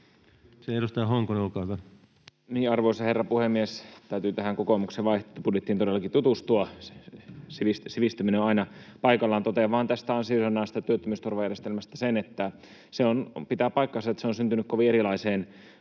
Edustaja Honkonen, olkaa hyvä. Arvoisa herra puhemies! Täytyy tuohon kokoomuksen vaihtoehtobudjettiin todellakin tutustua. Sivistyminen on aina paikallaan. Totean vain ansiosidonnaisesta työttömyysturvajärjestelmästä sen, että pitää paikkansa, että se on syntynyt kovin erilaiseen